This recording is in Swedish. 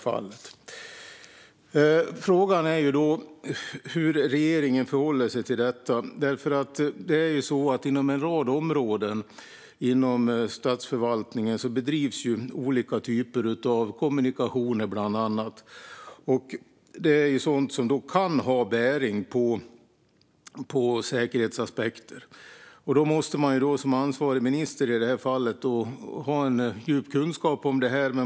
Frågan är hur regeringen förhåller sig till detta, eftersom det inom en rad områden inom statsförvaltningen bedrivs olika typer av kommunikationer. Det är sådant som kan ha bäring på säkerhetsaspekter. Då måste man som ansvarig minister ha en djup kunskap om detta.